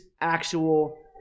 actual